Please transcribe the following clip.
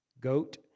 goat